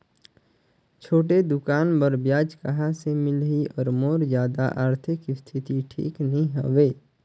छोटे दुकान बर ब्याज कहा से मिल ही और मोर जादा आरथिक स्थिति ठीक नी हवे?